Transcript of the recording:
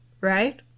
right